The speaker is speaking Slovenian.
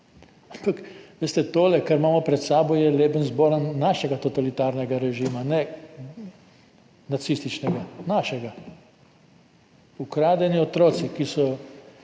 ampak to, kar imamo pred sabo, je Lebensborn našega totalitarnega režima, ne nacističnega, našega. Ukradeni otroci, ki so